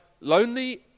lonely